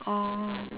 oh